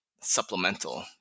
supplemental